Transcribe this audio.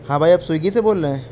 ہاں بھائی آپ سویگی سے بول رہے ہیں